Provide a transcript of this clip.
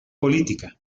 política